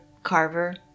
Carver